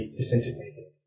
disintegrated